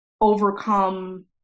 overcome